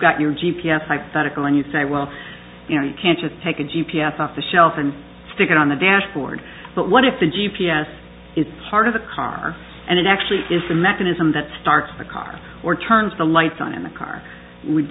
got your g p s hypothetical and you say well you know you can't just take a g p s off the shelf and stick it on the dashboard but what if the g p s is part of the car and it actually is the mechanism that starts the car or turns the lights on in the car